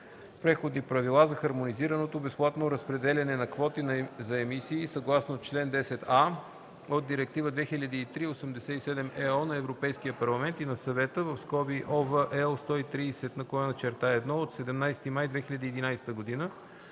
преходни правила за хармонизираното безплатно разпределяне на квоти за емисии съгласно член 10а от Директива 2003/87/ЕО на Европейския парламент и на Съвета (ОВ, L 130/1 от 17 май 2011 г.),